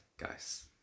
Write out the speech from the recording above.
guys